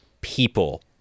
people